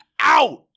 out